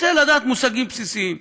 רוצה לדעת מושגים בסיסיים,